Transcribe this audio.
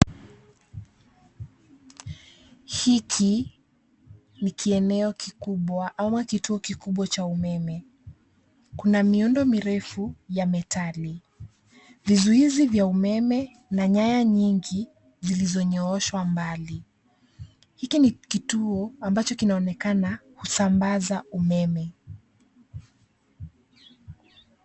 Hiki ni kieneo kikubwa ama kituo kikubwa cha umeme. Kuna miundo mirefu ya metali .Vizuizi vya umeme na nyaya nyingi zilizonyooshwa mbali. Hiki ni kituo ambacho kinaonekana kusambaza umeme.